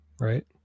Right